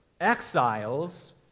exiles